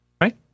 right